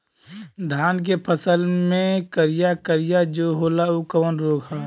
धान के फसल मे करिया करिया जो होला ऊ कवन रोग ह?